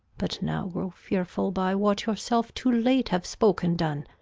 but now grow fearful, by what yourself, too, late have spoke and done,